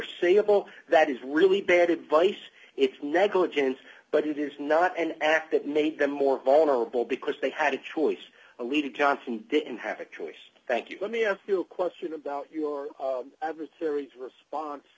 e that is really bad advice if negligence but it is not an act that made them more vulnerable because they had a choice a leader johnson didn't have a choice thank you let me ask you a question about your adversary response